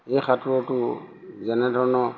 এই সাঁতোৰটো যেনেধৰণৰ